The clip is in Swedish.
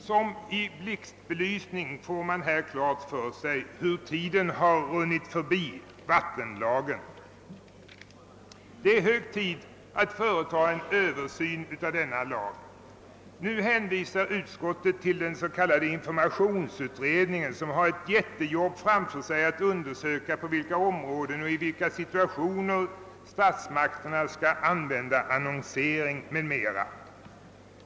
Som i blixtbelysning får man då här klart för sig hur tiden har runnit förbi vattenlagen. Det är hög tid att företa en översyn av denna lag. Nu hänvisar utskottet till den s.k. informationsutredningen, som har ett jättearbete framför sig att undersöka på vilka områden och i vilka situationer statsmakterna skall använda annonsering m.m.